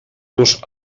los